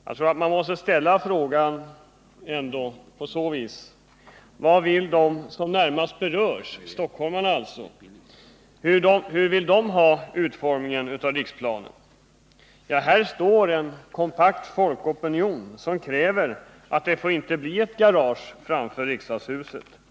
Jag tror att man måste ställa frågan så: Hur vill de som närmast berörs — stockholmarna — att Riksplan skall utformas? Det finns en kompakt folkopinion mot ett garage framför riksdagshuset.